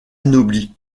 anobli